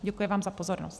Děkuji vám za pozornost.